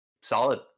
Solid